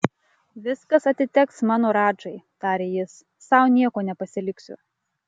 viskas atiteks mano radžai tarė jis sau nieko nepasiliksiu